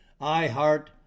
iHeart